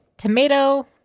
tomato